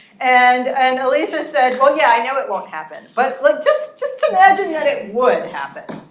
and and alicia said, well yeah, i know it won't happen. but like just just imagine that it would happen.